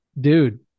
Dude